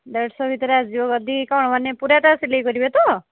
ଦେଢ଼ ଶହ ଭିତରେ ଆସିଯିବ ଗଦି କ'ଣ ମାନେ ପୂରାଟା ସିଲାଇ କରିବେ ତ